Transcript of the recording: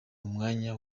mwanya